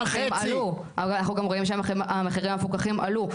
אנחנו גם רואים שהמחירים המפוקחים עלו.